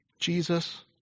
Jesus